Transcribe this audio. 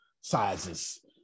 sizes